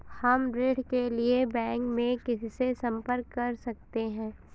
हम ऋण के लिए बैंक में किससे संपर्क कर सकते हैं?